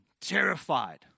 terrified